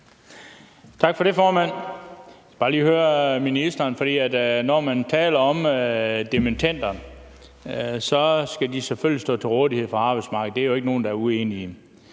Tak for det, formand. Jeg vil bare lige sige, at når vi taler om dimittender, mener vi, at de selvfølgelig skal stå til rådighed for arbejdsmarkedet – det er der jo ikke nogen der er uenig